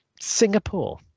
singapore